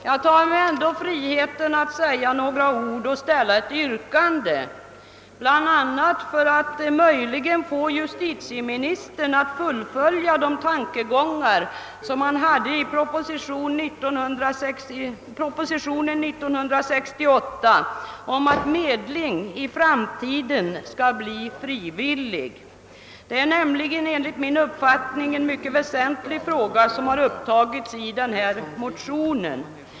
Jag tar mig ändå friheten att säga några ord och ställa ett yrkande bl.a. för att möjligen få justitieministern att fullfölja de tankegångar som han gav uttryck för i propositionen 1968 om att medling i framtiden skall bli frivillig. Det är nämligen enligt min uppfattning en mycket väsentlig fråga som har upptagits i denna motion.